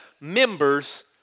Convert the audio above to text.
members